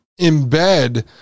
embed